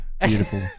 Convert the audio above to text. beautiful